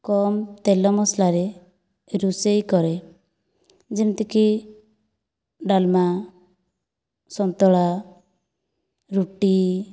କମ୍ ତେଲ ମସଲାରେ ରୋଷେଇ କରେ ଯେମିତିକି ଡ଼ାଲମା ସନ୍ତୁଳା ରୁଟି